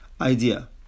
idea